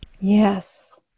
Yes